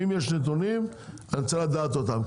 אם יש נתונים אני רוצה לדעת אותם.